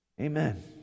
Amen